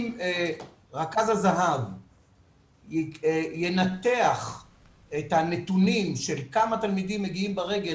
אם רכז הזה"ב ינתח את הנתונים של כמה תלמידים מגיעים ברגל,